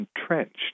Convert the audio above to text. entrenched